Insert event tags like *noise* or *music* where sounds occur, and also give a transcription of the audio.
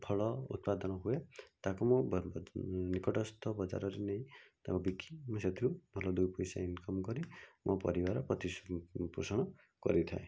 ଫଳ ଉତ୍ପାଦନ ହୁଏ ତାକୁ ମୁଁ *unintelligible* ନିକଟସ୍ଥ ବଜାରରେ ନେଇ ତାକୁ ବିକି ମୁଁ ସେଥିରୁ ଭଲ ଦୁଇ ପଇସା ଇନକମ୍ କରେ ମୋ ପରିବାର ପ୍ରତିପୋଷଣ କରିଥାଏ